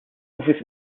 office